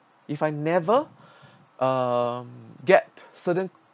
if I never um get certain